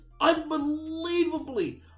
unbelievably